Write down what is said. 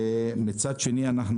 ומצד שני אנחנו